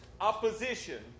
opposition